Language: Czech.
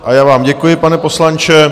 A já vám děkuji, pane poslanče.